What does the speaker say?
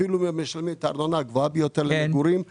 אפילו אם הם משלמים את הארנונה הגבוהה ביותר למגורים,